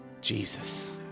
Jesus